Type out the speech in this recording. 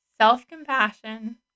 Self-compassion